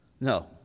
No